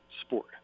sport